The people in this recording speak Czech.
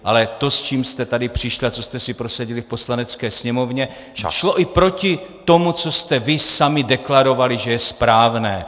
Ale to, s čím jste tady přišli a co jste si prosadili v Poslanecké sněmovně, šlo i proti tomu, co jste vy sami deklarovali, že je správné.